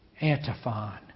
Antiphon